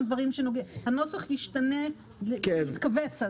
הנוסח ישתנה ויתכווץ.